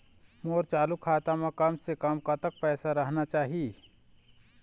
मोर चालू खाता म कम से कम कतक पैसा रहना चाही?